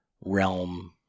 realm